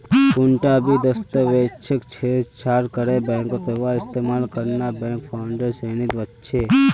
कुंटा भी दस्तावेजक छेड़छाड़ करे बैंकत वहार इस्तेमाल करना बैंक फ्रॉडेर श्रेणीत वस्छे